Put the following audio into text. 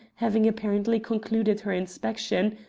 having apparently concluded her inspection,